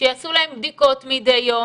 שיעשו להם בדיקות מדי יום,